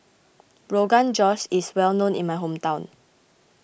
Rogan Josh is well known in my hometown